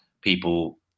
people